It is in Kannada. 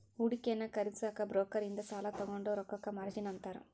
ಹೂಡಿಕೆಯನ್ನ ಖರೇದಿಸಕ ಬ್ರೋಕರ್ ಇಂದ ಸಾಲಾ ತೊಗೊಂಡ್ ರೊಕ್ಕಕ್ಕ ಮಾರ್ಜಿನ್ ಅಂತಾರ